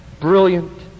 brilliant